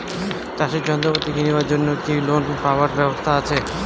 চাষের যন্ত্রপাতি কিনিবার জন্য কি কোনো লোন পাবার ব্যবস্থা আসে?